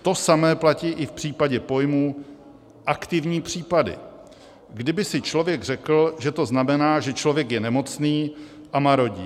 To samé platí i v případě pojmu aktivní případy, kdy by si člověk řekl, že to znamená, že člověk je nemocný a marodí.